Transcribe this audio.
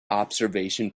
observation